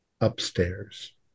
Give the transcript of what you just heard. upstairs